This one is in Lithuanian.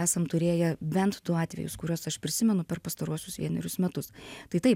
esam turėję bent du atvejus kuriuos aš prisimenu per pastaruosius vienerius metus tai taip